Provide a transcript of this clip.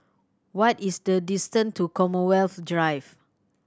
what is the distant to Commonwealth Drive